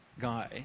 guy